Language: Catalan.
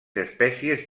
espècies